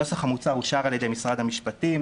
הנוסח המוצע אושר על ידי משרד המשפטים.